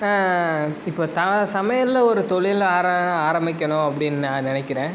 இப்போ தான் சமையலில் ஒரு தொழில் ஆரமிக்கணும் அப்படின்னு நான் நினக்கிறேன்